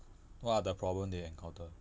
what are the problem they encounter